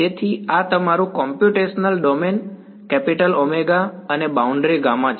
તેથી આ તમારું કોમ્પ્યુટેશનલ ડોમેન કેપિટલ ઓમેગા અને બાઉન્ડ્રી ગામા છે